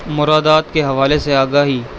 مرادات کے حوالے سے آگاہی